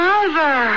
Mother